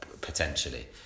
potentially